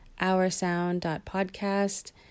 oursound.podcast